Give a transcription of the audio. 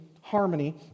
harmony